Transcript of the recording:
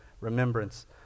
remembrance